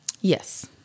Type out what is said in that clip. Yes